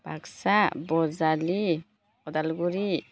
Baksa Bajali Udalguri